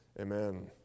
Amen